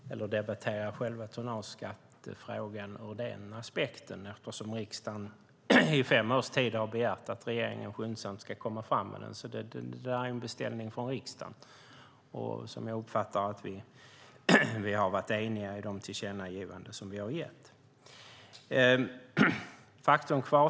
Fru talman! Jag trodde inte att vi skulle behöva debattera själva tonnageskattefrågan ur den aspekten eftersom riksdagen i fem års tid har begärt att regeringen skyndsamt ska ta fram den. Det är en beställning från riksdagen, och jag har uppfattat att vi har varit eniga i de tillkännagivanden som vi har gjort. Faktum kvarstår.